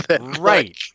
Right